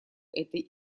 этой